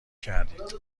کردید